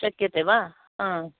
शक्यते वा